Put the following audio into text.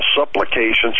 supplications